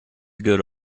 good